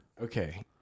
Okay